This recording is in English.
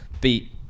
beat